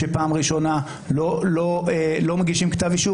שפעם ראשונה לא מגישים כתב אישום,